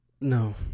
No